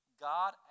God